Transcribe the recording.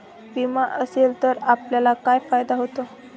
विमा असेल तर आपल्याला काय फायदा होतो?